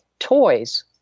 toys